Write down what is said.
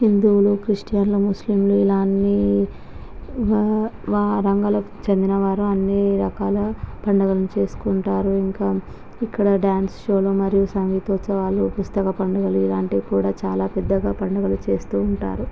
హిందువులు క్రిస్టియన్లు ముస్లింలు ఇలా అన్నీ రంగాలకు చెందినవారు అన్ని రకాల పండగలను చేసుకుంటారు ఇంకా ఇక్కడ డాన్స్ షోలు మరియు సంగీత ఉత్సవాలు పుస్తక పండుగలు ఇలాంటివి కూడా చాలా పెద్దగా పండుగలు చేస్తూ ఉంటారు